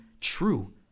true